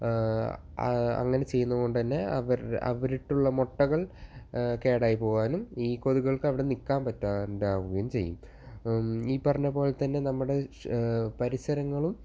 അങ്ങനെ ചെയ്യുന്നത് കൊണ്ടു തന്നെ അവർ അവരിട്ടിട്ടുള്ള മുട്ടകൾ കേടായി പോകാനും ഈ കൊതുകുകൾക്ക് അവിടെ നിൽക്കാൻ പറ്റാണ്ടാവുകയും ചെയ്യും ഈ പറഞ്ഞതു പോലെ തന്നെ നമ്മുടെ പരിസരങ്ങളും